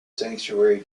sanctuary